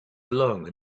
along